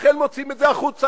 לכן מוציאים את זה החוצה,